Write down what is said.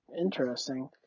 interesting